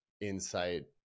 insight